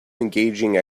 engaging